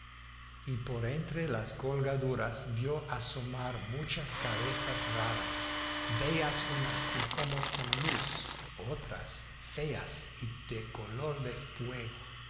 y por entre las colgaduras vio asomar muchas cabezas raras bellas unas y como con luz otras feas y de color de fuego